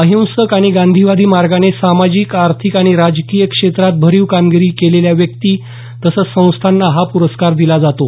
अहिंसक आणि गांधीवादी मार्गाने सामाजिक आर्थिक आणि राजकीय क्षेत्रात भरीव कामगिरी केलेल्या व्यक्ती तसंच संस्थांना हा प्रस्कार दिला जातो